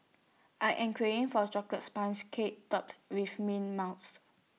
I am craving for A Chocolate Sponge Cake Topped with Mint Mousse